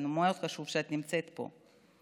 זה חשוב מאוד שאת נמצאת פה.